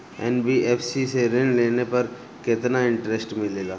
NBFC से ऋण लेने पर केतना इंटरेस्ट मिलेला?